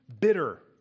Bitter